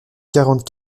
quarante